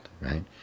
right